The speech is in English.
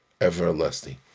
everlasting